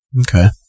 Okay